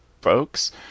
folks